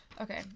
Okay